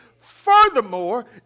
Furthermore